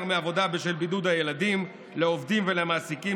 מעבודה בשל הבידוד של הילדים ולעובדים ולמעסיקים